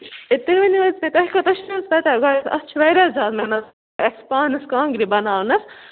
تۄہہِ ؤنِو حظ مےٚ تۄہہِ کوتاہ اَتھ چھِ وارِیاہ زیادٕ محنت اَسہِ پانس کانٛگرِ بناونس